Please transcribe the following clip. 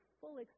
full